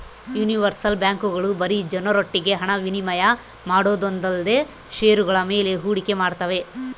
universal ಬ್ಯಾಂಕ್ಗಳು ಬರೀ ಜನರೊಟ್ಟಿಗೆ ಹಣ ವಿನಿಮಯ ಮಾಡೋದೊಂದೇಲ್ದೆ ಷೇರುಗಳ ಮೇಲೆ ಹೂಡಿಕೆ ಮಾಡ್ತಾವೆ